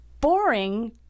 boring